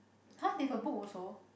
!huh! they have a book also